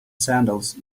sandals